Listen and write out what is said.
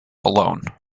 alone